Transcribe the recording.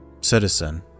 citizen